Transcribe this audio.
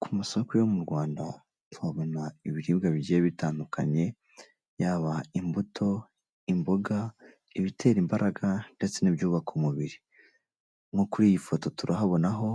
Ku masoko yo mu Rwanda tuhabona ibiribwa bigiye bitandukanye yaba imbuto, imboga, ibitera imbaraga ndetse n'ibyubaka umubiri, nko kuri iyi foto turahabonaho